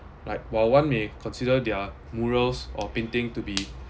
like while one may consider their murals or painting to be